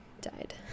died